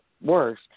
worse